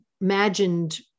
imagined